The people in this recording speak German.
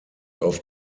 auf